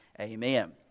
Amen